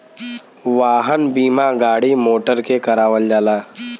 वाहन बीमा गाड़ी मोटर के करावल जाला